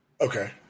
Okay